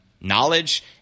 knowledge